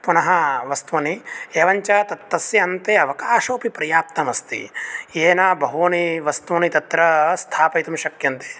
पुनः वस्तूनि एवञ्च तत् तस्य अन्ते अवकाशोऽपि पर्याप्तम् अस्ति येन बहूनि वस्तूनि तत्र स्थापयितुं शक्यन्ते